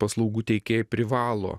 paslaugų teikėjai privalo